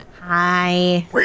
Hi